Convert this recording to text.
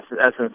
essence